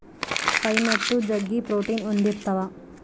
pine nut ಜಗ್ಗಿ protein ಹೊಂದಿರ್ತವ